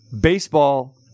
baseball